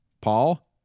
Paul